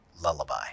lullaby